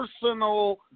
personal